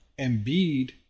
Embiid